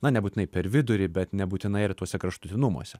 na nebūtinai per vidurį bet nebūtinai ir tuose kraštutinumuose